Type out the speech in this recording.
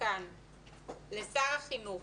כאן לשר החינוך,